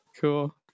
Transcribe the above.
Cool